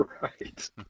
Right